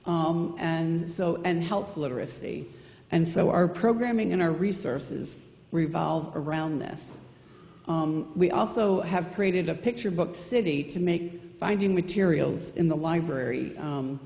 y and so and helpful literacy and so our programming and our resources revolve around this we also have created a picture book city to make finding materials in the library